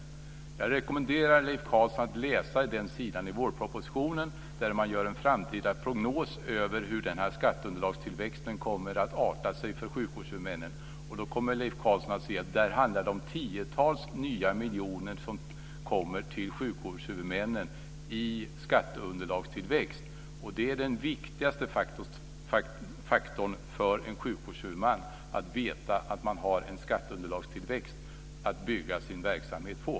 Jag rekommenderar Leif Carlson att läsa den sida i vårpropositionen där man gör en framtida prognos över hur den här skatteunderlagstillväxten kommer att arta sig för sjukvårdshuvudmännen. Då kommer Leif Carlson att se att det handlar om tiotals nya miljoner som kommer till sjukvårdshuvudmännen i skatteunderlagstillväxt, och det är den viktigaste faktorn för en sjukvårdshuvudman, att veta att man har en skatteunderlagstillväxt att bygga sin verksamhet på.